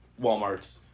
Walmarts